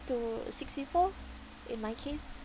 to six people in my case